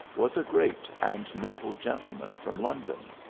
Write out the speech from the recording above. was a great and noble gentleman from london.